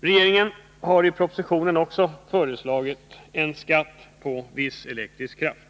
Regeringen har i propositionen också föreslagit en skatt på viss elektrisk kraft.